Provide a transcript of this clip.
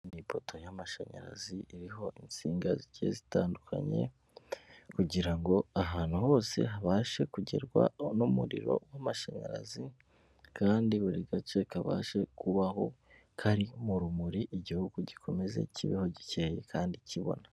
Ipoto y'amashanyarazi iriho insinga zigiye zitandukanye kugirango ahantu hose habashe kugerwa n'umuriro w'amashanyarazi kandi buri gace kabashe kubaho kari mu rumuri igihugu gikome kibeho gikeye kandi kibona.